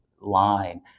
line